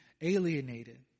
alienated